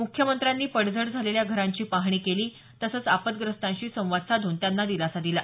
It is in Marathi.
मुख्यमंत्र्यांनी पडझड झालेल्या घरांची पाहणी केली तसंच आपदग्रस्तांशी संवाद साधून त्यांना दिलासा दिला